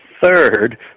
third